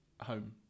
Home